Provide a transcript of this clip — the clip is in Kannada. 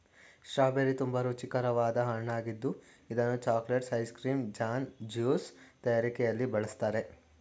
ಸ್ಟ್ರಾಬೆರಿ ತುಂಬಾ ರುಚಿಕರವಾದ ಹಣ್ಣಾಗಿದ್ದು ಇದನ್ನು chocolates, ice cream, jam, juice ತಯಾರಿಕೆಯಲ್ಲಿ ಬಳ್ಸತ್ತರೆ